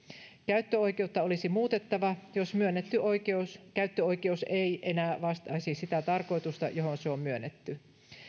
käyttöoikeutta olisi muutettava jos myönnetty käyttöoikeus ei enää vastaisi sitä tarkoitusta johon se on myönnetty